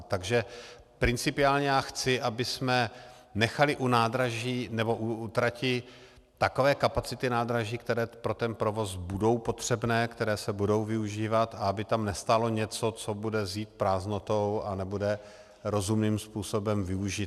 Takže principiálně já chci, abychom nechali u nádraží nebo u trati takové kapacity nádraží, které pro ten provoz budou potřebné, které se budou využívat, a aby tam nestálo něco, co bude zet prázdnotou a nebude rozumným způsobem využito.